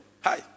Hi